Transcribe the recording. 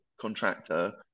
contractor